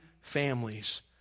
families